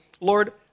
Lord